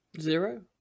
Zero